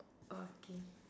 orh okay